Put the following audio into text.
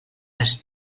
les